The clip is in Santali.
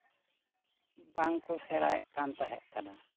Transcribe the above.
ᱵᱟᱝᱠᱚ ᱥᱮᱬᱟᱭᱮᱫ ᱠᱟᱢ ᱛᱟᱦᱮᱸᱠᱟᱱᱟ